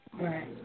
Right